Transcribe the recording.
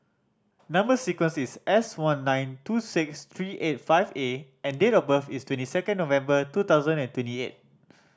number sequence is S one nine two six three eight five A and date of birth is twenty second November two thousand and twenty eight